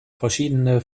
verschiedene